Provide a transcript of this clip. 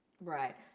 Right